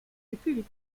gefügig